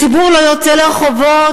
הציבור לא יוצא לרחובות,